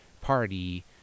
Party